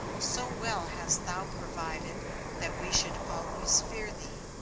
so well hast thou provided that we should always fear thee,